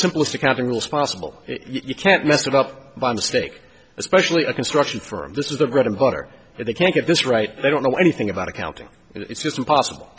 simplest accounting rules possible you can't mess them up by mistake especially a construction firm this is the bread and butter if they can get this right they don't know anything about accounting it's just impossible